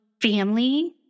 family